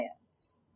plans